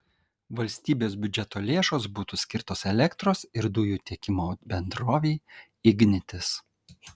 valstybės biudžeto lėšos būtų skirtos elektros ir dujų tiekimo bendrovei ignitis